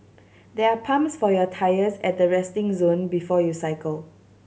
there are pumps for your tyres at the resting zone before you cycle